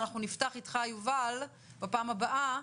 אנחנו נפתח איתך יובל בפעם הבאה.